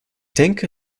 denke